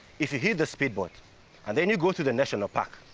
if you hid the speedboat and then you go through the national park,